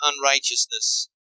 unrighteousness